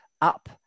up